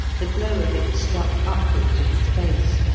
the glow of it struck upward to his face.